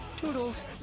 Toodles